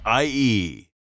IE